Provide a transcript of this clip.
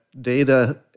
data